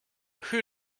who